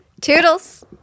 Toodles